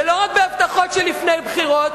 ולא רק בהבטחות של לפני בחירות,